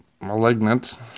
Malignant